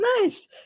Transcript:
Nice